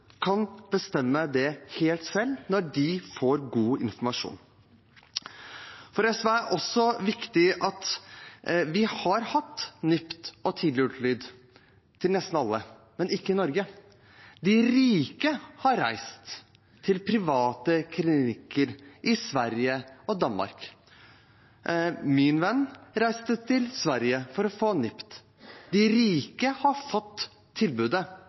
kan bestemme dette helt selv når de får god informasjon. For SV er det også viktig at vi har hatt NIPT og tidlig ultralyd til nesten alle, men ikke i Norge. De rike har reist til private klinikker i Sverige og Danmark. Min venn reiste til Sverige for å få NIPT. De rike har fått tilbudet,